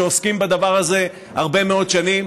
שעוסקים בדבר הזה הרבה מאוד שנים,